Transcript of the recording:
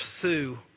pursue